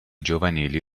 giovanili